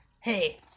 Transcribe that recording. hey